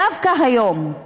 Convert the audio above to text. דווקא היום,